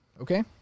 okay